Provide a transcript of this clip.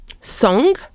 Song